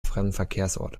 fremdenverkehrsort